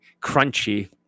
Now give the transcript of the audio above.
crunchy